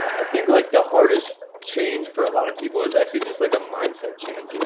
think like the hardest change for a lot of people is actually just like a mindset change. and